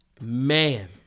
Man